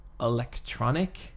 electronic